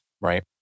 right